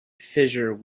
fissure